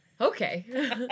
Okay